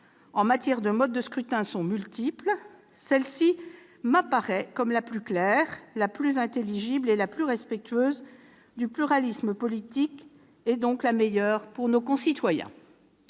quant au mode de scrutin sont multiples, celle-ci m'apparaît comme la plus claire, la plus intelligible et la plus respectueuse du pluralisme politique. Elle est donc, à mes yeux, la meilleure pour nos concitoyens.